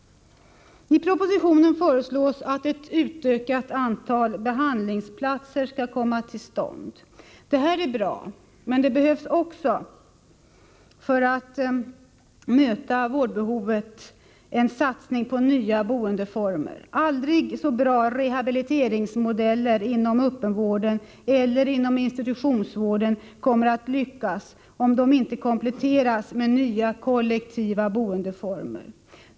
I propositionen föreslås att ett utökat antal behandlingsplatser skall komma till stånd. Det är bra, men det behövs också, för att möta vårdbehovet, en satsning på nya boendeformer. Aldrig så bra rehabiliteringsmodeller inom öppenvården eller inom institutionsvården kommer inte att lyckas om de inte kompletteras med nya, kollektiva boendeformer.